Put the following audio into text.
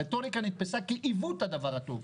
הרטוריקה נתפסה כעיוות הדבר הטוב,